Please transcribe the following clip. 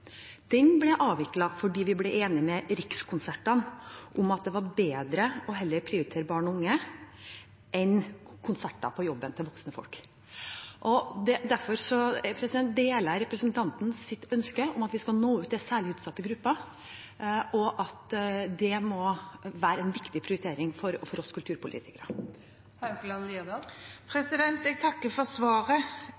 ble avviklet fordi vi ble enig med Rikskonsertene om at det var bedre heller å prioritere barn og unge enn Konsert på jobben for voksne folk. Jeg deler representantens ønske om at vi skal nå ut til særlig utsatte grupper, og at det må være en viktig prioritering for oss kulturpolitikere. Jeg takker for